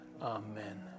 Amen